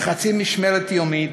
/ לחצי משמרת יומית,